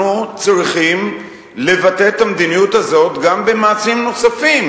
צריכים לבטא את המדיניות הזאת גם במעשים נוספים.